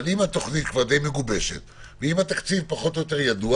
אם התוכנית כבר די מגובשת ואם התקציב פחות או יותר ידוע,